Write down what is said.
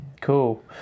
cool